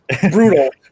brutal